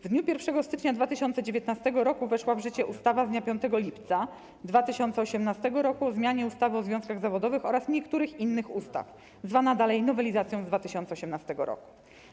W dniu 1 stycznia 2019 r. weszła w życie ustawa z dnia 5 lipca 2018 r. o zmianie ustawy o związkach zawodowych oraz niektórych innych ustaw zwana dalej nowelizacją z 2018 r.